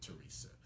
Teresa